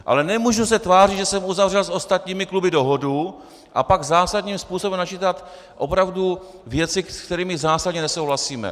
Ale nemůžu se tvářit, že jsem uzavřel s ostatními kluby dohodu, a pak zásadním způsobem načítat opravdu věci, s kterými zásadně nesouhlasíme.